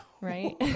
Right